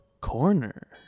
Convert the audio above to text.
Corner